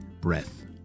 breath